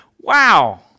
wow